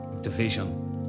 division